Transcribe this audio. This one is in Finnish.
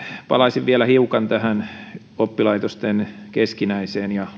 palaisin vielä hiukan tähän oppilaitosten keskinäiseen ja